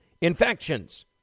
infections